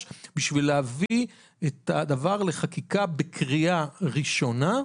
בשביל להביא את הדבר לחקיקה בקריאה ראשונה,